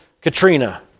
Katrina